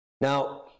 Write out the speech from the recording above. Now